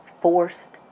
forced